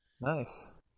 Nice